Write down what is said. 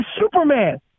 Superman